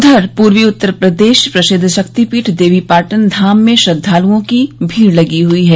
उधर पूर्वी उत्तर प्रदेश प्रसिद्ध शक्ति पीठ देवीपाटन धाम में श्रद्वालओं की भीड़ लगी हई है